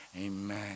Amen